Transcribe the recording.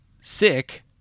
sick